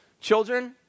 children